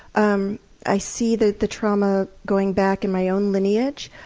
um i see the the trauma going back in my own lineage.